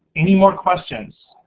any more questions?